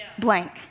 blank